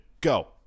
Go